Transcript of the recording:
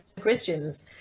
Christians